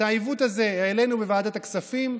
את העיוות הזה העלינו בוועדת הכספים.